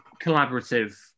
collaborative